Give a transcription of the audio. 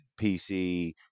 PC